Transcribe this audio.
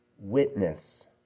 witness